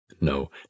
No